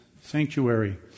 sanctuary